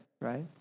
right